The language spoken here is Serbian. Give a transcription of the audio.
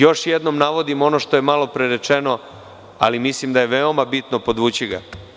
Još jednom navodim što je malopre rečeno, ali mislim da je veoma bitno podvući ga.